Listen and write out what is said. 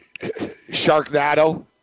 Sharknado